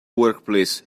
workplace